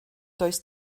does